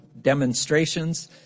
demonstrations